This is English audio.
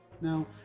Now